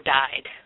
died